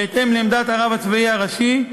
בהתאם לעמדת הרב הצבאי הראשי,